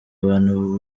abantu